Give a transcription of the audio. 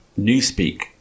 newspeak